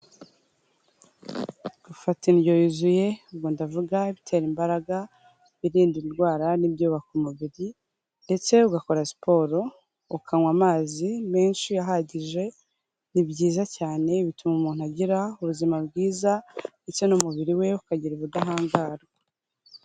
Gufata indyo yuzuye, ubwo ndavuga bitera imbaraga, ibirinda indwara n'ibyubaka umubiri, ndetse ugakora siporo, ukanywa amazi menshi ahagije, ni byiza cyane, bituma umuntu agira ubuzima bwiza, ndetse n'umubiri we, ukagira ubudahangarwa.